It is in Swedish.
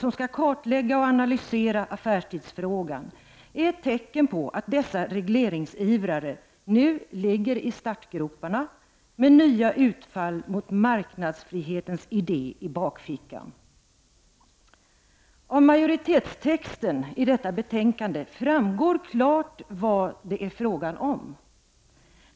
är ett tecken på att dessa regleringsivrare nu ligger i startgroparna med nya utfall i bakfickan mot marknadsfrihetens idé. Av majoritetstexten i detta betänkande framgår klart vad det är fråga om.